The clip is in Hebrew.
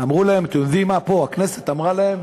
אמרו להם, אתם יודעים מה, פה, הכנסת אמרה להם,